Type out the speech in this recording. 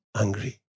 Angry